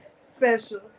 special